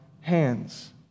hands